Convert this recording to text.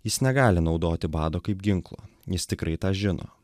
jis negali naudoti bado kaip ginklo jis tikrai tą žino